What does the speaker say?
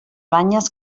banyes